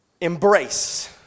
embrace